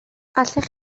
allech